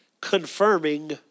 confirming